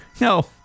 No